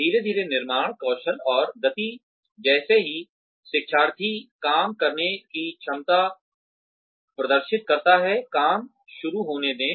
धीरे धीरे निर्माण कौशल और गति जैसे ही शिक्षार्थी काम करने की क्षमता प्रदर्शित करता है काम शुरू होने दें